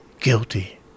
guilty